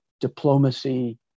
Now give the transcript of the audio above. diplomacy